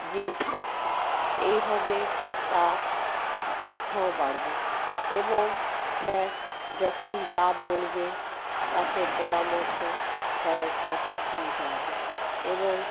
জিনিসপত্র এইভাবে তার উৎসাহ বাড়বে এবং স্যার যখন যা বলবে তাকে পরামর্শ স্যারের কথা শুনতে হবে এবং